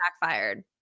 backfired